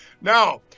Now